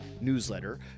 newsletter